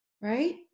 right